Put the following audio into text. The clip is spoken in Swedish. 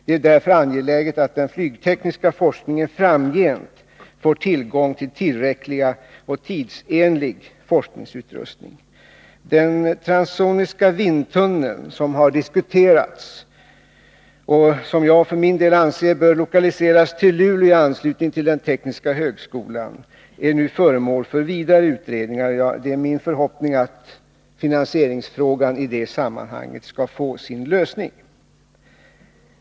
Det är därför angeläget att den flygtekniska forskningen framgent får tillgång till tillräcklig och tidsenlig forskningsutrustning. Den transsoniska vindtunneln, som har diskuterats och som jag för min del anser bör lokaliseras till Luleå i anslutning till den tekniska högskolan, är nu föremål för ytterligare utredningar. Det är min förhoppning att finanseringsfrågan i det sammanhanget skall få sin lösning.